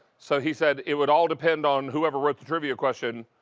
so he said it would all depend on whoever wrote the trivia question.